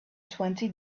twenty